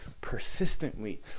persistently